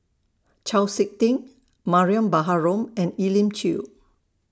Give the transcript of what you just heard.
Chau Sik Ting Mariam Baharom and Elim Chew